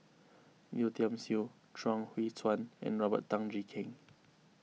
Yeo Tiam Siew Chuang Hui Tsuan and Robert Tan Jee Keng